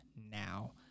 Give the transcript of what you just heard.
now